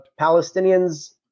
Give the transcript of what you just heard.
Palestinians